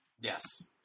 Yes